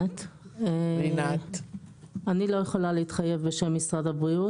אני לא יכולה להתחייב בשם משרד הבריאות